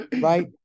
Right